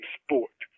sport